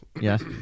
yes